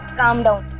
calm down.